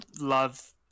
love